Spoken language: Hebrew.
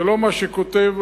זה לא מה שהאו"ם כותב,